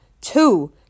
Two